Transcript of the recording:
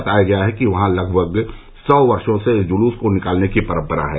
बताया गया है कि वहां लगभग सौ वर्षो से इस जुलूस को निकालने की परम्परा है